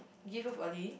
give birth early